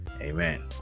Amen